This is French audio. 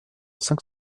cinq